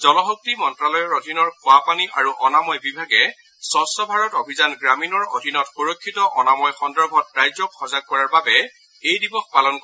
জলশক্তি মন্ত্ৰালয়ৰ অধীনৰ খোৱাপানী আৰু অনাময় বিভাগে স্বচ্ছ ভাৰত অভিযান গ্ৰামীণৰ অধীনত সূৰক্ষিত অনাময় সন্দৰ্ভত ৰাইজক সজাগ কৰাৰ বাবে এই দিৱস পালন কৰিব